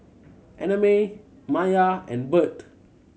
Annamae Maia and Bert